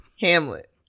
Hamlet